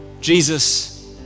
Jesus